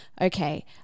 Okay